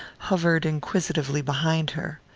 hovered inquisitively behind her.